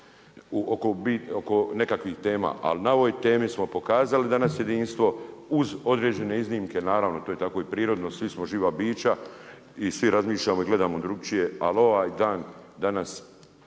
oko nekakvih tema, ali na ovoj temi smo pokazali danas jedinstvo uz određene iznimke, naravno, to je tako i prirodno, svi smo živa bića, i svi razmišljamo i gledamo drukčije, ali ovaj dan danas